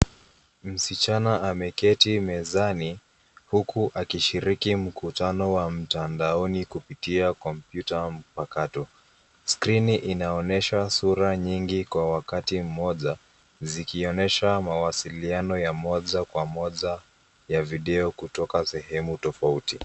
Msichana ameketi mezani, huku akishiriki mkutano wa mtandaoni kupitia kompyuta mpakato. Skirini inaonesha sura nyingi kwa wakati mmoja, zikionesha mawasiliano ya moja kwa moja ya video, kutoka sehemu tofauti.